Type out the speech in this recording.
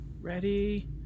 Ready